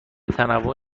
تنوع